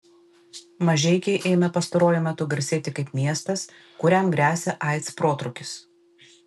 mažeikiai ėmė pastaruoju metu garsėti kaip miestas kuriam gresia aids protrūkis